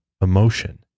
emotion